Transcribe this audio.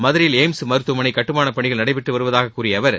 மதுரையில் எய்ம்ஸ் மருத்துவமனை கட்டுமானப் பணிகள் நடைபெற்று வருவதாகக் கூறிய அவர்